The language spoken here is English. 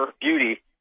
Beauty